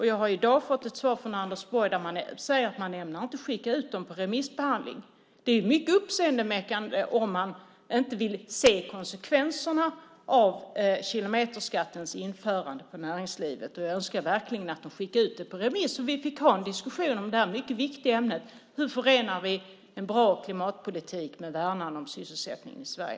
Jag har i dag fått ett svar från Anders Borg där man säger att man inte ämnar skicka utredningarna på remissbehandling. Det är mycket uppseendeväckande om man inte vill se konsekvenserna av kilometerskattens införande på näringslivet, och jag önskar verkligen att de skickar ut detta på remiss så att vi får ha en diskussion om detta mycket viktiga ämne. Hur förenar vi en bra klimatpolitik med ett värnande av sysselsättningen i Sverige?